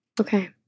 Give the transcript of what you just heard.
Okay